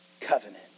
covenant